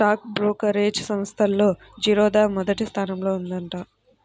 stock brokerage సంస్థల్లో జిరోదా మొదటి స్థానంలో ఉందంట